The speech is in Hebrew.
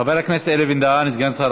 חבר הכנסת אלי בן-דהן, סגן שר